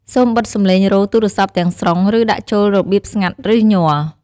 សូមបិទសំឡេងរោទ៍ទូរស័ព្ទទាំងស្រុង ឬដាក់ចូលរបៀបស្ងាត់ ឬញ័រ។